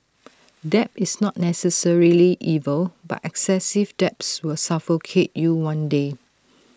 debt is not necessarily evil but excessive debts will suffocate you one day